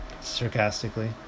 sarcastically